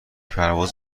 پرواز